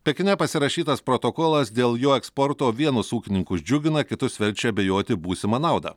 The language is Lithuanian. pekine pasirašytas protokolas dėl jų eksporto vienus ūkininkus džiugina kitus verčia abejoti būsima nauda